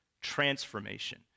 transformation